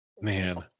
Man